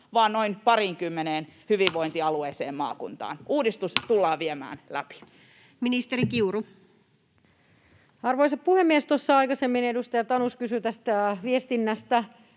vaan noin pariinkymmeneen hyvinvointialueeseen, maakuntaan. Uudistus tullaan viemään läpi. Ministeri Kiuru. Arvoisa puhemies! Tuossa aikaisemmin edustaja Tanus kysyi tästä viestinnästä.